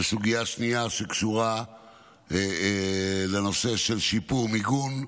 וסוגיה שנייה שקשורה לנושא של שיפור מיגון,